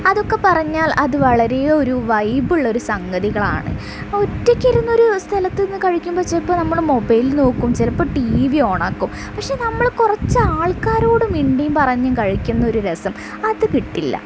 അതൊക്കെ പറഞ്ഞാൽ അത് വളരെ ഒരു വൈബ് ഉള്ളൊരു സംഗതികളാണ് ഒറ്റയ്ക്കിരുന്നൊരു സ്ഥലത്തുനിന്ന് കഴിക്കുമ്പം ചിലപ്പോൾ നമ്മൾ മൊബൈൽ നോക്കും ചിലപ്പം ടി വി ഓൺ ആക്കും പക്ഷേ നമ്മൾ കുറച്ച് ആൾക്കാരോട് മിണ്ടിയും പറഞ്ഞും കഴിക്കുന്ന ഒരു രസം അത് കിട്ടില്ല